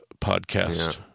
podcast